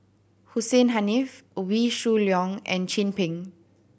Hussein Haniff Wee Shoo Leong and Chin Peng